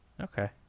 Okay